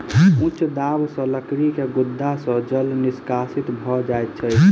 उच्च दाब सॅ लकड़ी के गुद्दा सॅ जल निष्कासित भ जाइत अछि